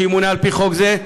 שימונה על פי חוק זה,